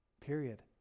Period